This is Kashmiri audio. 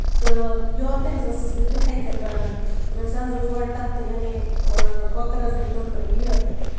تہٕ یورٕ تہِ حظ ٲسٕس بہٕ تِتھٕے کَنۍ رَنان سُہ حظ اوس گۄڈٕ تَتھ یعنی کۄکرَس دِتُن یہِ